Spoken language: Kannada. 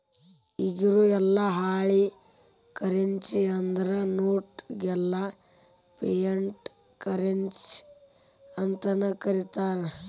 ಇಗಿರೊ ಯೆಲ್ಲಾ ಹಾಳಿ ಕರೆನ್ಸಿ ಅಂದ್ರ ನೋಟ್ ಗೆಲ್ಲಾ ಫಿಯಟ್ ಕರೆನ್ಸಿ ಅಂತನ ಕರೇತಾರ